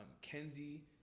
Kenzie